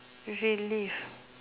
usually